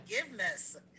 Forgiveness